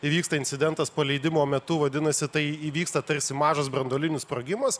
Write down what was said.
įvyksta incidentas paleidimo metu vadinasi tai įvyksta tarsi mažas branduolinis sprogimas